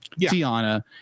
Tiana